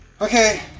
Okay